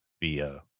via